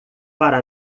para